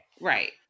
Right